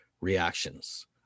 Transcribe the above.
reactions